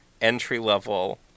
entry-level